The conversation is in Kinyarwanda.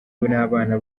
n’abana